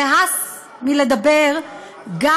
והס מלדבר גם,